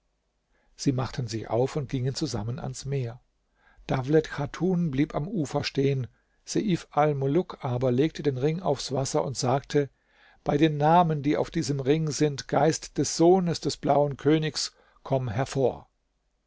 sie machten sich auf und gingen zusammen ans meer dawlet chatun blieb am ufer stehen seif almuluk aber legte den ring aufs wasser und sagte bei den namen die auf diesem ring sind geist des sohnes des blauen königs komm hervor